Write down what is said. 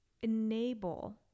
enable